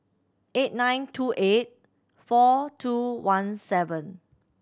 eight nine two eight four two one seven